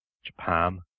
Japan